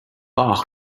bach